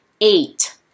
eight